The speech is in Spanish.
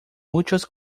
muchos